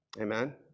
Amen